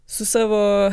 su savo